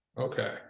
Okay